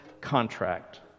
contract